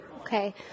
Okay